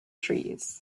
trees